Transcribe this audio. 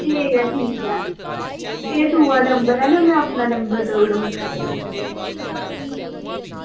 ठीक ऐ ठीक ऐ एह् दूआ नंबर ऐ ना में अपना नंबर देई ओडङ